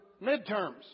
midterms